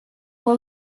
fue